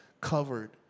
covered